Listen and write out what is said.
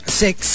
six